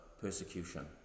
persecution